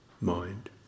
mind